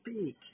speak